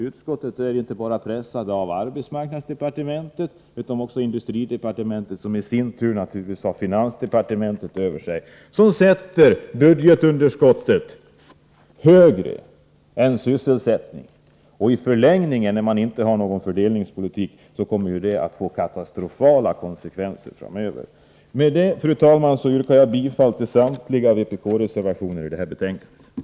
Utskottet är inte bara pressat av arbetsmarknadsdepartementet, utan också av industridepartementet, som i sin tur naturligtvis har finansdepartementet över sig — som sätter budgetunderskottet högre än sysselsätt ningen. När man inte har någon fördelningspolitik kommer detta i längden att få katastrofala konsekvenser. Med detta, fru talman, yrkar jag bifall till samtliga vpk-reservationer i detta betänkande.